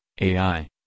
AI